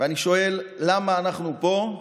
ואני שואל למה אנחנו פה,